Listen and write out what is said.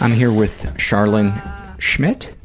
um here with charlynn schmiedt.